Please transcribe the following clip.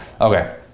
Okay